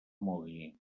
mogui